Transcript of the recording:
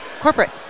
corporate